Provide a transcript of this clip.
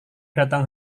datang